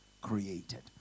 created